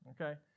okay